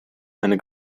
eine